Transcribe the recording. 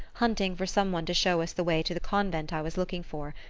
hunting for some one to show us the way to the convent i was looking for,